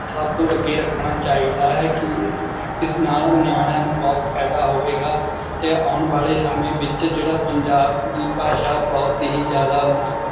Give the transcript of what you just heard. ਸਭ ਤੋਂ ਅੱਗੇ ਰੱਖਣਾ ਚਾਹੀਦਾ ਹੈ ਕਿ ਇਸ ਨਾਲ਼ ਨਿਆਣਿਆਂ ਨੂੰ ਬਹੁਤ ਫਾਇਦਾ ਹੋਵੇਗਾ ਅਤੇ ਆਉਣ ਵਾਲੇ ਸਮੇਂ ਵਿੱਚ ਜਿਹੜਾ ਪੰਜਾਬ ਦੀ ਭਾਸ਼ਾ ਬਹੁਤ ਹੀ ਜ਼ਿਆਦਾ